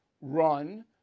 run